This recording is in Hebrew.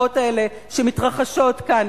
והמרות האלה שמתרחשות כאן,